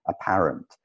apparent